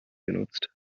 genutzt